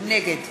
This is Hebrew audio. נגד